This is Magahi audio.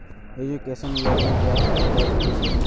एजुकेशन लोनेर ब्याज दर कि छे?